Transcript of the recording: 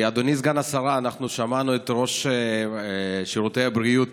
אדוני סגן השר, אנחנו שמענו את ראש שירותי הבריאות